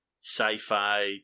sci-fi